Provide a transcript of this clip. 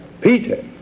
Peter